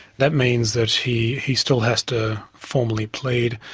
that means that he he still has to formally plead,